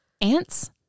Ants